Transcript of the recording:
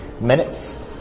minutes